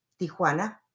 Tijuana